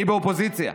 אני באופוזיציה.